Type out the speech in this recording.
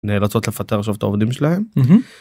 נאלצות לפטר שוב את העובדים שלהם.